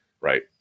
right